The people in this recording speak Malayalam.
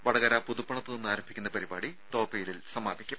വടകര പുതുപ്പണത്ത് നിന്നാരംഭിക്കുന്ന പരിപാടി തോപ്പയിലിൽ സമാപിക്കും